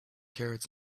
carrots